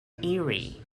erie